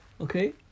Okay